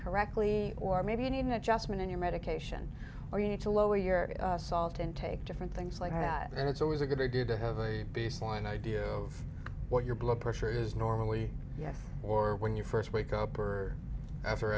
correctly or maybe you need an adjustment in your medication or you need to lower your salt intake different things like that and it's always a good idea to have a baseline idea of what your blood pressure is normally yes or when you first wake up or after